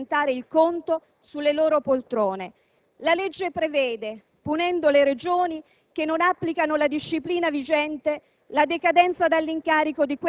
anche attraverso l'introduzione di imposte impopolari, ma necessarie per far fronte ad essa. Sappiamo di certo che i malati sono incolpevoli,